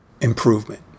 improvement